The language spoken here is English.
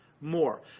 more